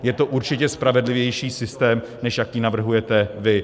Je to určitě spravedlivější systém, než jaký navrhujete vy.